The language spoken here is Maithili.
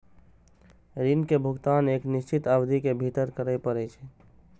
ऋण के भुगतान एक निश्चित अवधि के भीतर करय पड़ै छै